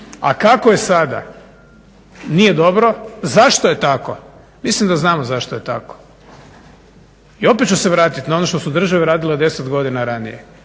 A kako je sada? Nije dobro. Zašto je tako? Mislim da znam zašto je tako. I opet ću se vratiti na ono što su države radile 10 godina ranije.